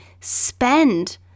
spend